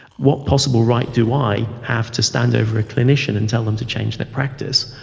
what possible right do i have to stand over a clinician and tell them to change their practice?